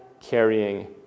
carrying